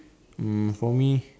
mm for me